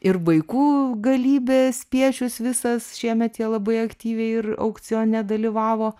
ir vaikų galybė spiečius visas šiemet jie labai aktyviai ir aukcione dalyvavo